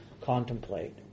contemplate